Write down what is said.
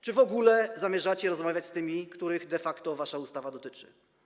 Czy w ogóle zamierzacie rozmawiać z tymi, których de facto wasza ustawa dotyczy?